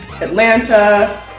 Atlanta